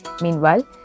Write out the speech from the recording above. Meanwhile